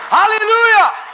hallelujah